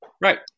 Right